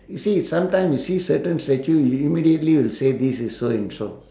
you see sometime you see certain statue you immediately will say this is so and so